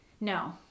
No